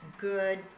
good